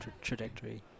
trajectory